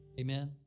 Amen